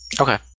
Okay